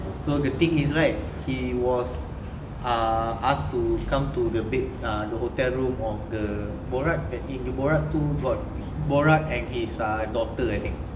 so the thing is right he was ah asked to come to the bed ah the hotel room of the borat borat two got borat and his daughter I think